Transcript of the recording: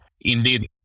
Indeed